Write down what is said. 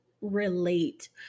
Relate